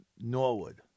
Norwood